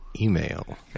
email